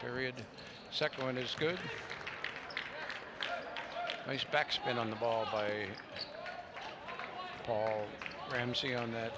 period the second one is good nice backspin on the ball by paul ramsey on that